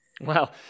Wow